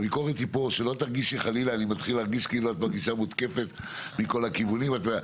אני מתחיל להרגיש כאילו את מותקפת מכול הכיוונים.